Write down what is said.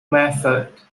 method